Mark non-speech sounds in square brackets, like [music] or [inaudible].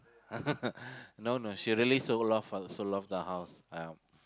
[laughs] no no she already sold off her sold off the house